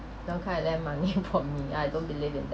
don't kind of lend money from me I don't believe in that